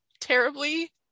terribly